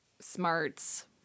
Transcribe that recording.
smarts